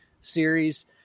series